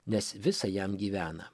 nes visa jam gyvena